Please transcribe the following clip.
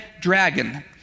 dragon